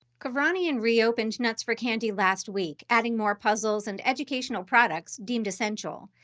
kevranian reopened nuts for candy last week, adding more puzzles and educational products deemed essential.